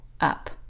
up